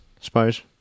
suppose